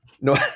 No